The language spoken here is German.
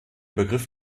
begriff